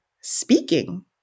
speaking